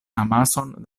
amason